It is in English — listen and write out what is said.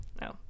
No